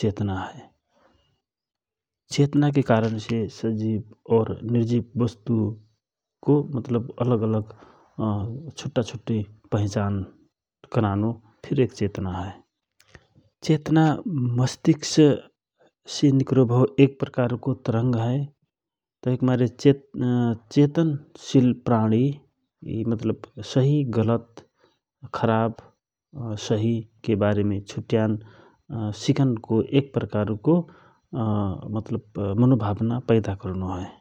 चेतना हए, चेतना के कारणा से सजिव और निर्जिव को मतलब अलग अलग छुट्ट छुटै पहिचान करानो फिर एक चेतना हए । चेतना मष्टिक्ससे निकरो भव एक प्रकारको तरंग हए । तहिक मारे चेतनशिल प्राणी सहि गलत के बारेम छुट्यान सिकनको एक प्रकारको मतलब मनोभावना पैदा करनो हए ।